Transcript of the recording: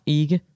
ikke